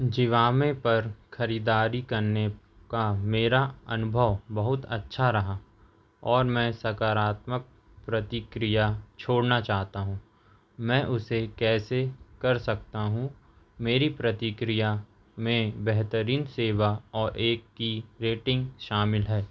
ज़िवामे पर ख़रीदारी करने का मेरा अनुभव बहुत अच्छा रहा और मैं सकारात्मक प्रतिक्रिया छोड़ना चाहता हूँ मैं उसे कैसे कर सकता हूँ मेरी प्रतिक्रिया में बेहतरीन सेवा और एक की रेटिंग शामिल है